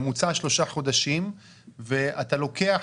ממוצע שלושה חודשים ואתה לוקח,